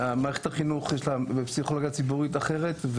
למערכת החינוך יש פסיכולוגיה ציבורית אחרת,